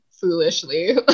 foolishly